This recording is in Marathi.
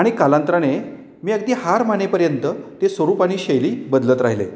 आणि कालांतराने मी अगदी हार मानेपर्यंत ते स्वरूप आणि शैली बदलत राहिले